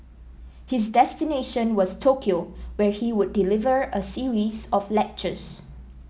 his destination was Tokyo where he would deliver a series of lectures